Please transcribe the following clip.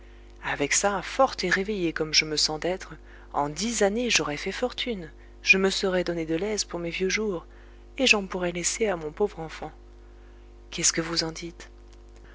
avec ça forte et réveillée comme je me sens d'être en dix années j'aurai fait fortune je me serai donné de l'aise pour mes vieux jours et j'en pourrai laisser à mon pauvre enfant qu'est-ce que vous en dites